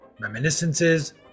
Reminiscences